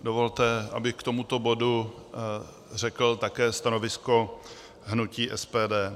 Dovolte, abych k tomuto bodu řekl také stanovisko hnutí SPD.